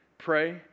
Pray